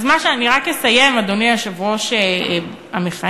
אני רק אסיים, אדוני היושב-ראש המכהן,